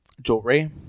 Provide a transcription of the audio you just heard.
Jewelry